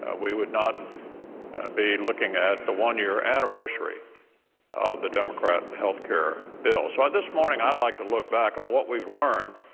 ah we would not be looking at the one-year anniversary of the democrat health care bill. so this morning, i'd like to look back on what we have learned